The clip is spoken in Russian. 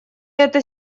это